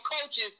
coaches